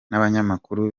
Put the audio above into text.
n’abanyamakuru